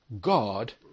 God